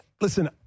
Listen